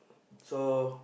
so